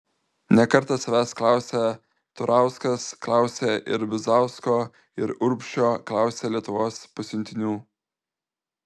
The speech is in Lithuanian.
ne kartą savęs klausė turauskas klausė ir bizausko ir urbšio klausė lietuvos pasiuntinių